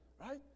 Right